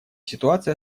ситуация